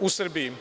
u Srbiji.